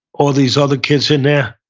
all these other kids in there,